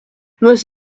most